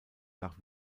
nach